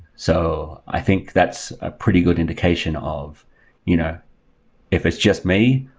so i think that's a pretty good indication of you know if it's just me,